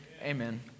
amen